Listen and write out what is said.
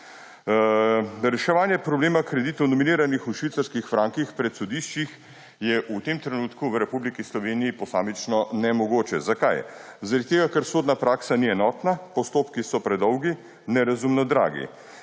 Reševanje problema kreditov, nominiranih v švicarskih frankih, pred sodišči je v tem trenutku v Republiki Sloveniji posamično nemogoče. Zakaj? Zaradi tega, ker sodna praksa ni enotna, postopki so predolgi in nerazumno dragi.